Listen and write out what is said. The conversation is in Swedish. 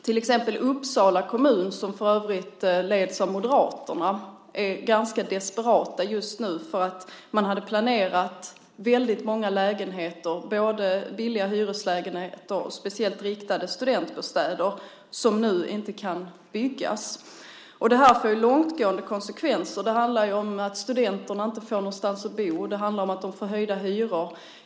Till exempel Uppsala kommun, som för övrigt leds av Moderaterna, är ganska desperat just nu. Man hade planerat väldigt många lägenheter, både billiga hyreslägenheter och speciellt riktade studentbostäder, som nu inte kan byggas. Det får långtgående konsekvenser. Det handlar om att studenterna inte får någonstans att bo. Det handlar om att de får höjda hyror.